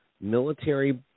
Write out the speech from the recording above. military